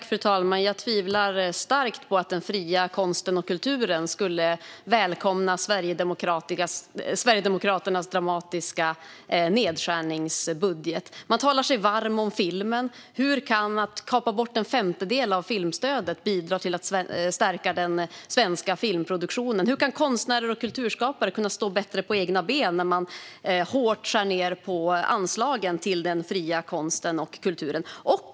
Fru talman! Jag tvivlar starkt på att den fria konsten och kulturen skulle välkomna Sverigedemokraternas dramatiska nedskärningsbudget. De talar sig varma för filmen. Hur kan det bidra till att stärka den svenska filmproduktionen om de kapar bort en femtedel av filmstödet? Hur ska konstnärer och kulturskapare kunna stå bättre på egna ben när Sverigedemokraterna hårt skär ned på anslagen till den fria konsten och kulturen?